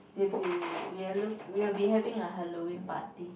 we'll be we'll look we'll be having a Halloween party